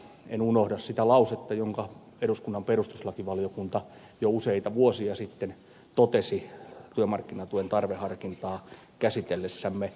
en unohda sitä lausetta jonka eduskunnan perustuslakivaliokunta jo useita vuosia sitten totesi työmarkkinatuen tarveharkintaa käsitellessämme